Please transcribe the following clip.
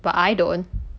but I don't